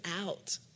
out